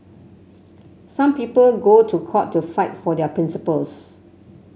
some people go to court to fight for their principles